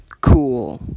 Cool